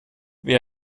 wer